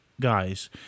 guys